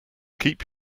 keep